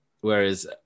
Whereas